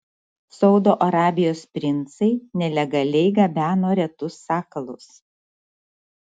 saudo arabijos princai nelegaliai gabeno retus sakalus